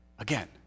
Again